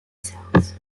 cells